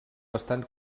bastant